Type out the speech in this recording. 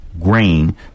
grain